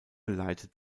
leitet